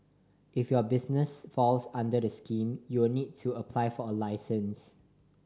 if your business falls under this scheme you'll need to apply for a license